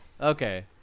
Okay